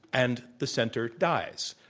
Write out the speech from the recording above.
and the center dies.